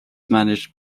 managed